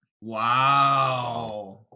Wow